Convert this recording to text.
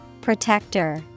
Protector